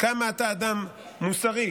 כמה אתה אדם מוסרי,